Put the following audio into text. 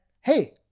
hey